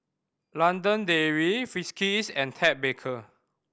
London Dairy Friskies and Ted Baker